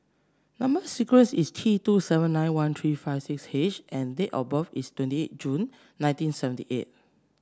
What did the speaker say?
number sequence is T two seven nine one three five six H and date of birth is twenty eight June nineteen seventy eight